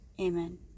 Amen